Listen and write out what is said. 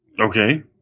Okay